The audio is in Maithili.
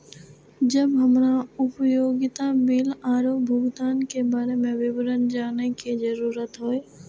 जब हमरा उपयोगिता बिल आरो भुगतान के बारे में विवरण जानय के जरुरत होय?